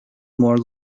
more